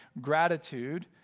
gratitude